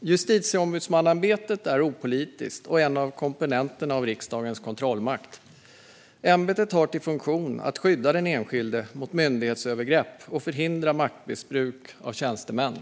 Justitieombudsmannaämbetet är opolitiskt och en av komponenterna i riksdagens kontrollmakt. Ämbetet har till funktion att skydda den enskilde mot myndighetsövergrepp och förhindra maktmissbruk av tjänstemän.